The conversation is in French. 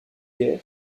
gay